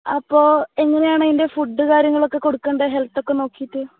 അപ്പോൾ എങ്ങനെയാണതിൻ്റെ ഫുഡ് കാര്യങ്ങളൊക്കെ കൊടുക്കേണ്ടത് ഹെൽത്തൊക്കെ നോക്കിയിട്ട്